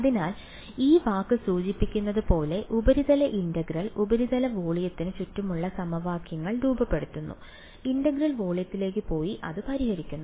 അതിനാൽ ഈ വാക്ക് സൂചിപ്പിക്കുന്നതുപോലെ ഉപരിതല ഇന്റഗ്രൽ ഉപരിതല വോളിയത്തിന് ചുറ്റുമുള്ള സമവാക്യങ്ങൾ രൂപപ്പെടുത്തുന്നു ഇന്റഗ്രൽ വോളിയത്തിലേക്ക് പോയി അത് പരിഹരിക്കുന്നു